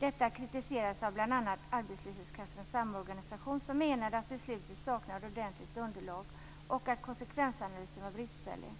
Detta kritiserades av bl.a. Arbetslöshetskassornas samorganisation som menade att beslutet saknade ordentligt underlag och att konsekvensanalysen var bristfällig.